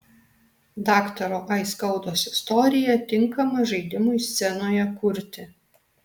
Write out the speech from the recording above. daktaro aiskaudos istorija tinkama žaidimui scenoje kurti